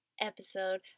episode